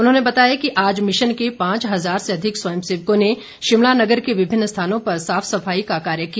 उन्होंने बताया कि आज मिशन के पांच हजार से अधिक स्वयंसेवकों ने शिमला नगर के विभिन्न स्थानों पर साफ सफाई का कार्य किया